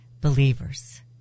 believers